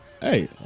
Hey